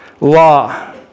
law